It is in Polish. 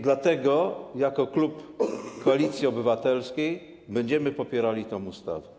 Dlatego jako klub Koalicji Obywatelskiej będziemy popierali tę ustawę.